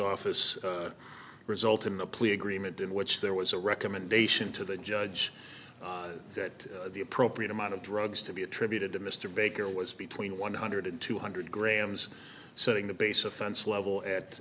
office result in the plea agreement in which there was a recommendation to the judge that the appropriate amount of drugs to be attributed to mr baker was between one hundred and two hundred grams setting the base offense level at